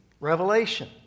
revelation